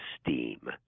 steam